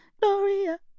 Gloria